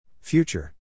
Future